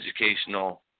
educational